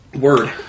Word